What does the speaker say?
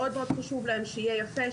מאד מאד חשוב להם שיהיה יפה,